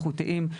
איכותיים,